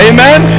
Amen